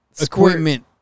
equipment